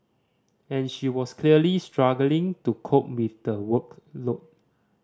and she was clearly struggling to cope with the workload